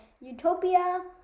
Utopia